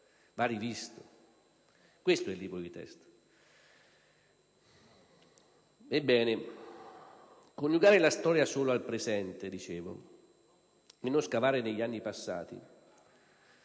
e rivisto: questo è il libro di testo. Coniugare la storia solo al presente e non scavare negli anni passati,